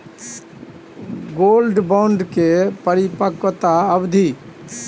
Gold bond के परिपक्वता अवधि?